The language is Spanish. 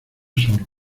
sorbos